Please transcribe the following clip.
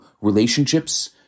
relationships